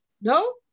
No